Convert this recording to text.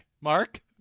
Mark